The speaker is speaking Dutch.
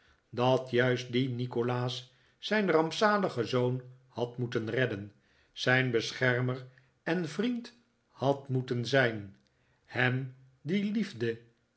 dat juist die nikolaas zijn rampzaligen zoon had moeten redden zijn beschermer en vriend had moeten zijn hem die liefde